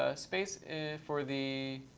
ah space for the